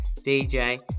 DJ